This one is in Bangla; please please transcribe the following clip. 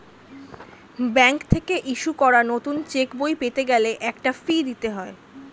ব্যাংক থেকে ইস্যু করা নতুন চেকবই পেতে গেলে একটা ফি দিতে হয়